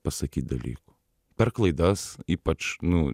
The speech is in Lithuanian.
pasakyt dalykų per klaidas ypač nu